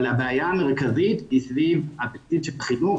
אבל הבעיה המרכזית היא סביב התקציב של החינוך,